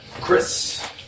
Chris